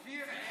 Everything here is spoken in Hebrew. בבקשה, אדוני.